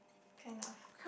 kind of